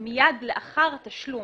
את המילים "מיד לאחר תשלום",